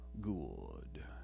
good